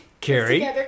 Carrie